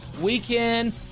weekend